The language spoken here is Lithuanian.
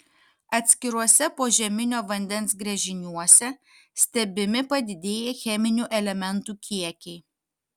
atskiruose požeminio vandens gręžiniuose stebimi padidėję cheminių elementų kiekiai